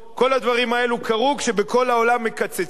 כל הדברים האלה קרו כשבכל העולם מקצצים,